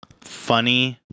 funny